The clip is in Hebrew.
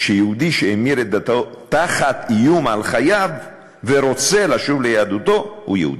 שיהודי שהמיר את דתו תחת איום על חייו ורוצה לשוב ליהדותו הוא יהודי.